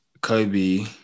Kobe